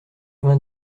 vingt